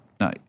No